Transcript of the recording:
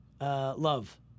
love